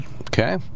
Okay